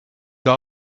have